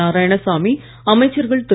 நாராயணசாமி அமைச்சர்கள் திரு